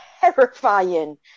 terrifying